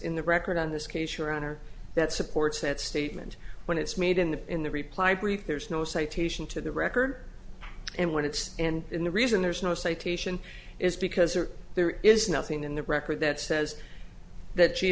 in the record on this case your honor that supports that statement when it's made in the in the reply brief there's no citation to the record and what it's and the reason there is no citation is because there is nothing in the record that says that she